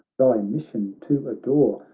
thy mission to adore,